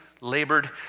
labored